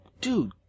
dude